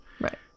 Right